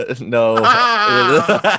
no